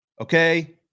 Okay